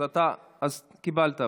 אז קיבלת.